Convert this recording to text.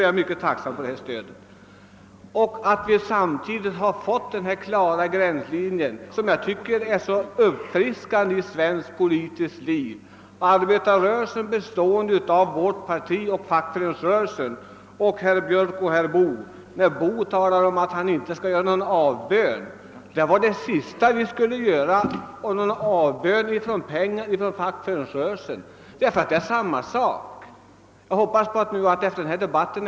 Jag är alltså tacksam för beskedet och för att det samtidigt har dragits upp denna klara gränslinje, vilket jag finner så uppfriskande i svenskt politiskt liv. Arbetarrörelsen består av vårt parti och fackföreningsrörelsen. Herr Boo talar om att han inte behöver göra någon avbön. En avbön vore det sista vi skulle göra därför att vi får pengar från fackföreningsrörelsen. Vi har nämligen i flera sammanhang talat om sambandet socialdemokratiska partiet—fackföreningsrörelsen.